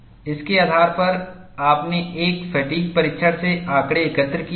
इसके आधार पर आपने एक फ़ैटिग् परीक्षण से आंकड़े एकत्र किया है